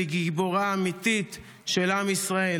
היא גיבורה אמיתית של עם ישראל.